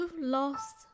lost